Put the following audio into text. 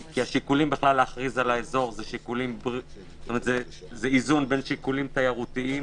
כי השיקולים להכריז על האזור זה איזונים בין שיקולים תיירותים,